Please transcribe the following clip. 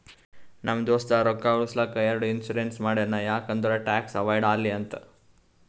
ನಮ್ ದೋಸ್ತ ರೊಕ್ಕಾ ಉಳುಸ್ಲಕ್ ಎರಡು ಇನ್ಸೂರೆನ್ಸ್ ಮಾಡ್ಸ್ಯಾನ್ ಯಾಕ್ ಅಂದುರ್ ಟ್ಯಾಕ್ಸ್ ಅವೈಡ್ ಆಲಿ ಅಂತ್